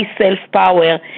self-power